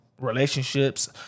relationships